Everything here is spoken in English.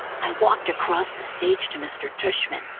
i walked across the stage to mr. tushman,